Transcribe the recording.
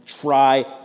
try